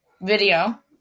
video